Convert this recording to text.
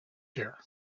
here